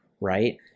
Right